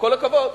כל הכבוד,